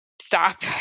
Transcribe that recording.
stop